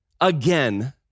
again